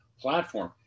platform